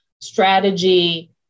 strategy